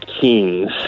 Kings